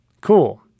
Cool